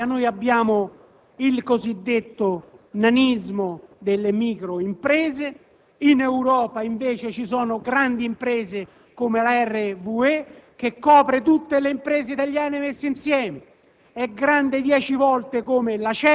In Italia vi è il cosiddetto nanismo delle microimprese; in Europa invece vi sono grandi imprese come la RVE che copre tutte le imprese italiane messe insieme: